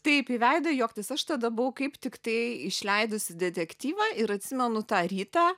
taip į veidą juoktis aš tada buvau kaip tiktai išleidusi detektyvą ir atsimenu tą rytą